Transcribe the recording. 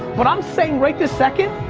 what i'm saying right this second,